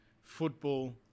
football